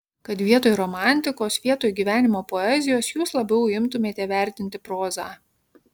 kad vietoj romantikos vietoj gyvenimo poezijos jūs labiau imtumėte vertinti prozą